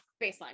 baseline